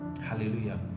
Hallelujah